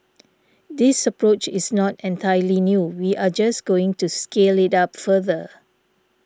this approach is not entirely new we are just going to scale it up further